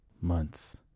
months